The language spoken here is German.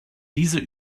diese